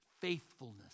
faithfulness